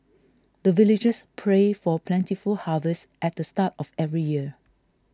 the villagers pray for plentiful harvest at the start of every year